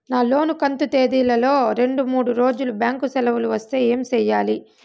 నా లోను కంతు తేదీల లో రెండు మూడు రోజులు బ్యాంకు సెలవులు వస్తే ఏమి సెయ్యాలి?